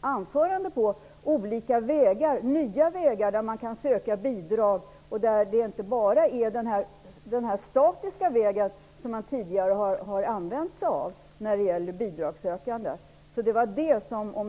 anförande på nya vägar att söka bidrag, dvs. inte den tidigare statiska vägen. Det var det som mitt anförande gick ut på.